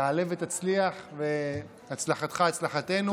תעלה ותצליח והצלחתך הצלחתנו.